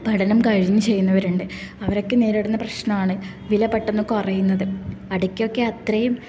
പഠനം കഴിഞ്ഞ് ചെയ്യുന്നവരുണ്ട് അവരക്കെ നേരിടുന്ന പ്രശ്നമാണ് വില പെട്ടന്ന് കുറയുന്നത് അടയ്ക്കോക്കത്രയും